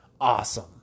awesome